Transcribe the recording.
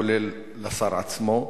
כולל לשר עצמו,